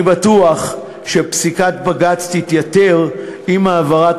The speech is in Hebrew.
אני בטוח שפסיקת בג"ץ תתייתר עם העברת